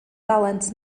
dalent